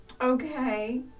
Okay